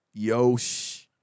Yosh